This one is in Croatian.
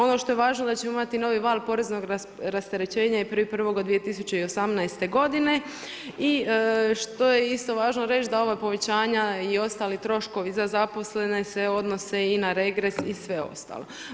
Ono što je važno da ćemo imati novi val poreznog rasterećenja 1.1.2018. godine i što je isto važno reći da ova povećanja i ostali troškovi za zaposlene se odnose i na regres i sve ostalo.